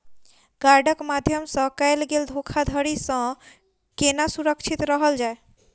कार्डक माध्यम सँ कैल गेल धोखाधड़ी सँ केना सुरक्षित रहल जाए?